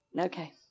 Okay